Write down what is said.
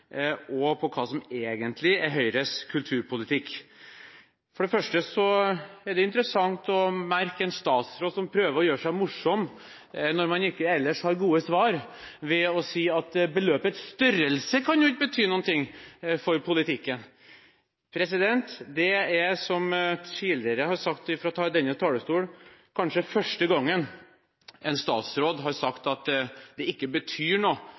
og på hva som egentlig er Høyres kulturpolitikk. Det er interessant å merke seg en statsråd som prøver å gjøre seg morsom, når man ellers ikke har gode svar, ved å si at beløpets størrelse ikke kan bety noe for politikken. Det er, som jeg tidligere har sagt fra denne talerstolen, kanskje første gangen at en statsråd har sagt at det ikke betyr noe